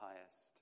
highest